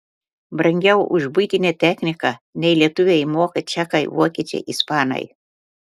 brangiau už buitinę techniką nei lietuviai moka čekai vokiečiai ispanai